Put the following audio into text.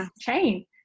chain